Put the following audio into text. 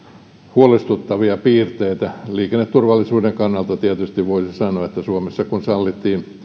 huolestuttavia piirteitä liikenneturvallisuuden kannalta tietysti voisi sanoa että kun suomessa sallittiin niin sanotut